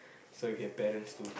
so your parents do